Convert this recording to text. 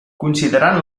considerant